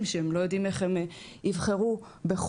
שהם לא יודעים איך הם יבחרו בחו"ל,